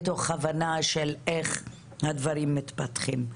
מתוך הבנה של איך הדברים מתפתחים.